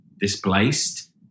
displaced